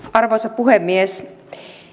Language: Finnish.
arvoisa puhemies